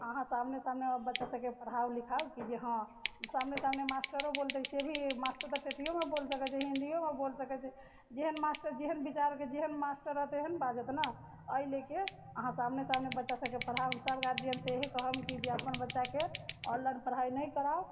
अहाँ सामने सामने बच्चा सबके पढ़ाउ लिखाउ कि जे हँ सामने सामने मास्टरो बोलतै से भी मास्टर तऽ ठेठिओमे बोलि सकै छै हिन्दिओमे बोलि सकै छै जेहन मास्टर जेहन विचारके जेहन मास्टर रहतै ओहन बाजत ने एहि लऽ कऽ अहाँ सामने सामने बच्चा सबके पढ़ाउ हमसब गार्जियनसँ इएह कहब कि जे अपन बच्चाके ऑनलाइन पढ़ाइ नहि कराउ